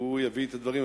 והוא יביא את הדברים.